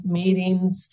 meetings